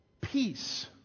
peace